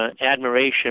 admiration